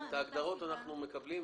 את ההגדרות אנחנו מקבלים.